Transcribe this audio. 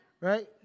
Right